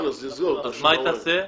אז מה היא תעשה?